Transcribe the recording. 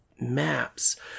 maps